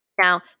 Now